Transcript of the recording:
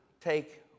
take